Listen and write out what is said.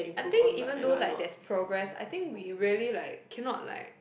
I think even though like there's progress I think we really like cannot like